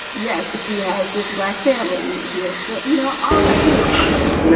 yes. she has this black family hears that. you know, all of that anyway yes.